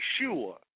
sure